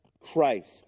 Christ